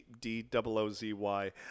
D-double-O-Z-Y